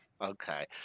Okay